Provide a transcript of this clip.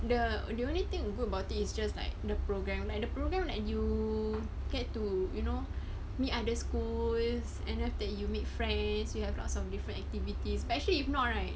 the the only thing good about it is just like the programme like the programme like you get to you know meet other schools and then after that you make friends you have lots of different activities especially if not right